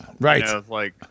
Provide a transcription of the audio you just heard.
Right